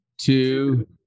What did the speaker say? two